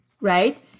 right